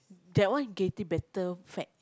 that one getting better fat